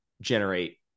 generate